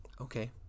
Okay